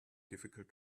difficult